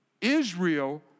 Israel